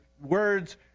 words